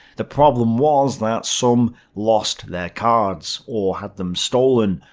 the problem was that some lost their cards, or had them stolen,